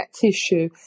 tissue